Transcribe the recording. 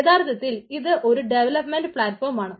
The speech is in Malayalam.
യഥാർത്ഥത്തിൽ ഇത് ഒരു ഡെവലപ്മെന്റ് പളാറ്റ്ഫോമാണ്